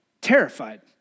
Terrified